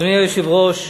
אדוני היושב-ראש,